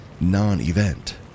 non-event